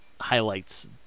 highlights